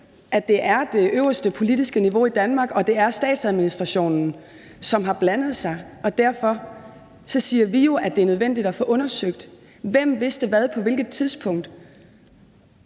at det er det øverste politiske niveau i Danmark, og at det er statsadministrationen, som har blandet sig, og derfor siger vi jo, at det er nødvendigt at få undersøgt: Hvem vidste hvad på hvilket tidspunkt?